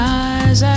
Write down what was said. eyes